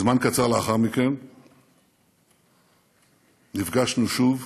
זמן קצר לאחר מכן נפגשנו שוב,